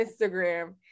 Instagram